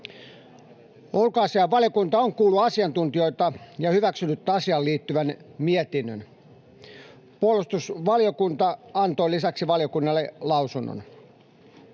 Ulkoasiainvaliokunta on kuullut asiantuntijoita ja hyväksynyt asiaan liittyvän mietinnön. Puolustusvaliokunta antoi lisäksi valiokunnalle lausunnon.